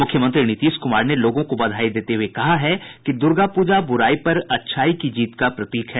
मुख्यमंत्री नीतीश कुमार ने लोगों को बधाई देते हुए कहा है कि दुर्गाप्रजा बुराई पर अच्छाई की जीत का प्रतीक है